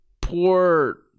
poor